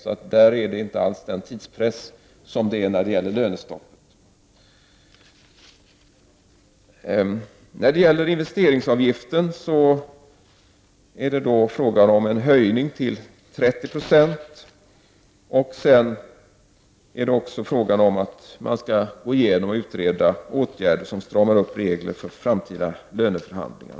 Här finns således inte samma tidspress som när det gäller frågan om lönestoppet. När det gäller investeringsavgiften är det fråga om en höjning till 30 96. Det är också fråga om att man skall gå igenom och utreda åtgärder som stramar upp regler för framtida löneförhandlingar.